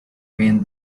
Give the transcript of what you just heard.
mean